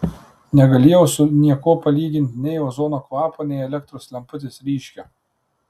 negalėjau su niekuo palyginti nei ozono kvapo nei elektros lemputės ryškio